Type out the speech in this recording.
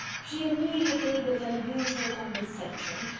she immediately, with her usual condescension,